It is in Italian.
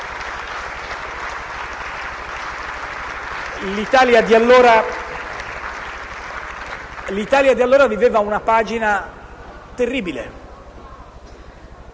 L'Italia di allora viveva una pagina terribile.